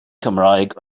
cymraeg